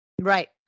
Right